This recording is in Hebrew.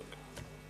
הוא צודק.